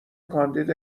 کاندید